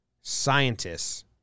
Scientists